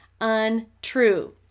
untrue